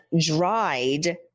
dried